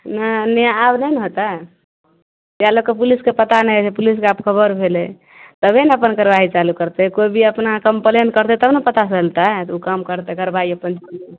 नहि ने आब नहि ने होतय तैं लए कऽ पुलिसके पता नहि रहय पुलिसके आब खबर भेलय तबे ने अपन करवाही चालू करतय कोइ भी अपना कम्प्लेन करतय तब ने पता चलतय तऽ उ काम करतय कारबाइ अपन